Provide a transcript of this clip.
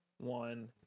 one